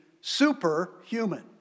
superhuman